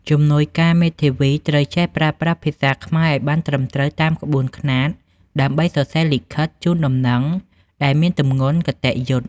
ជំនួយការមេធាវីត្រូវចេះប្រើប្រាស់ភាសាខ្មែរឱ្យបានត្រឹមត្រូវតាមក្បួនខ្នាត ដើម្បីសរសេរលិខិតជូនដំណឹងដែលមានទម្ងន់គតិយុត្តិ។